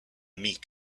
meek